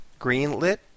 greenlit